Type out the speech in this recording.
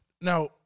Now